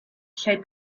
shape